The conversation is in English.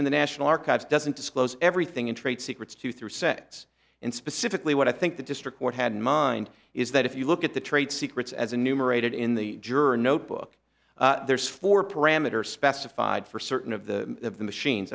in the national archives doesn't disclose everything in trade secrets to through sex and specifically what i think the district court had in mind is that if you look at the trade secrets as a numerated in the juror notebook there's four parameters specified for certain of the of the machines